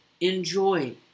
Enjoy